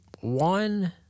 one